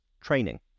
training